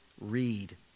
read